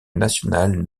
national